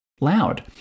loud